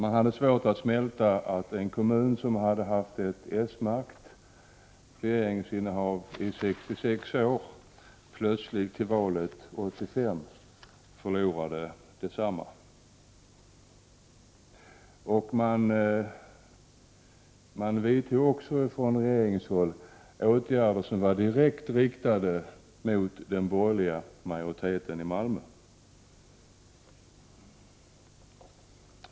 De hade svårt att smälta att en kommun som hade haft s-makt i 66 år plötsligt i valet 1985 förlorade densamma. Det vidtogs också från regeringshåll åtgärder som var direkt riktade mot den borgerliga majoriteten i Malmö.